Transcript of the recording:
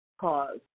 cause